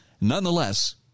nonetheless